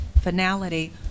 finality